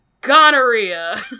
gonorrhea